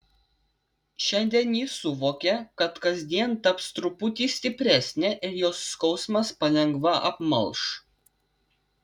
šiandien ji suvokė kad kasdien taps truputį stipresnė ir jos skausmas palengva apmalš